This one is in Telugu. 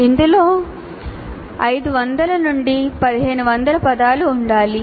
ఇందులో 500 నుండి 1500 పదాలు ఉండాలి